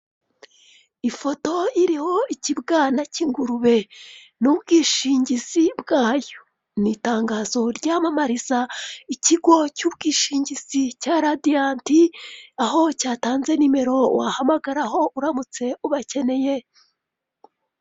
Abagore, abagabo ,abakobwa n'abahungu bicaye muri sale nziza, inyuma harimo nabandi bantu bahagaze bicaye ku ntebe zitukura ndetse ibirenge byabo bikandagiye ku itapi nziza y'ubururu. Impande yabo hari igikuta ubona gifite amabara meza ubururu, umweru harasa neza rwose.